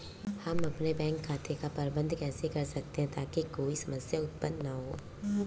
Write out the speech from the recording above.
हम अपने बैंक खाते का प्रबंधन कैसे कर सकते हैं ताकि कोई समस्या उत्पन्न न हो?